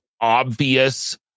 obvious